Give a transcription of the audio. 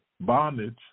bondage